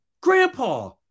Grandpa